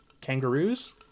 kangaroos